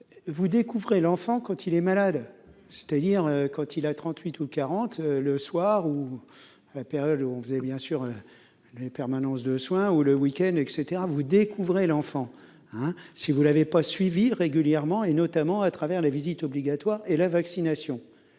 vous Découvrez l'enfant quand il est malade, c'est-à-dire quand il a trente-huit ou quarante le soir ou à la période où on faisait bien sûr les permanences de soins ou le week-end, et cetera, vous Découvrez l'enfant, hein, si vous l'avez pas suivi régulièrement et notamment à travers les visites obligatoires et la vaccination,